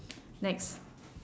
next